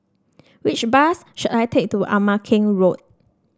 which bus should I take to Ama Keng Road